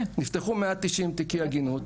נפתחו 190 תיקי עגינות,